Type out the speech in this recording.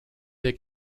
they